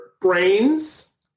brains